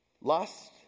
lust